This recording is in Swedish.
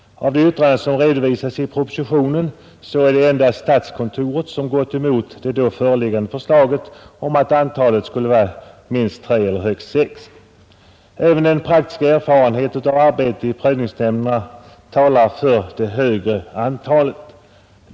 Av de yttranden som redovisas i propositionen är det endast statskontorets som gått emot det då föreliggande förslaget om att antalet skall vara minst tre och högst sex. Även den praktiska erfarenheten av arbete i prövningsnämnderna talar för det högre antalet.